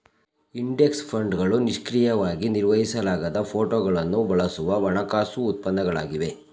index ಫಂಡ್ಗಳು ನಿಷ್ಕ್ರಿಯವಾಗಿ ನಿರ್ವಹಿಸಲಾಗದ ಫೋಟೋಗಳನ್ನು ಬಳಸುವ ಹಣಕಾಸು ಉತ್ಪನ್ನಗಳಾಗಿವೆ